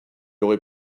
aurait